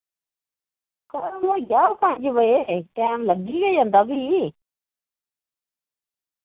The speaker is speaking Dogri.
टैम होई जाग पंज बजे टैम लग्गी गै जंदा फ्ही